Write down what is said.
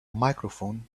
microphone